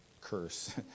curse